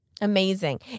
Amazing